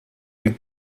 that